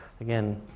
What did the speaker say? again